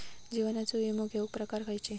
जीवनाचो विमो घेऊक प्रकार खैचे?